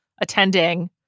attending